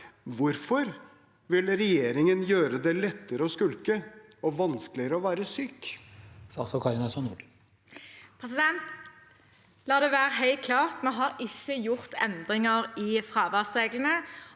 Hvorfor vil regjeringen gjøre det lettere å skulke og vanskeligere å være syk? Statsråd Kari Nessa Nordtun La det være helt klart: Vi har ikke gjort endringer i fraværsreglene.